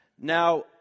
Now